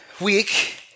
week